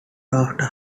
after